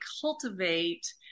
cultivate